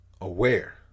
aware